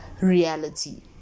reality